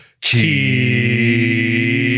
Keep